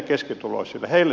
heille se on hyvä